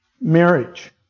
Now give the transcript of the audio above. marriage